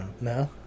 No